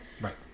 Right